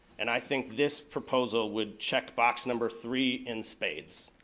and i think this proposal would check box number three in spades.